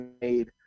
made